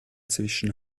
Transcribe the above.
zwischen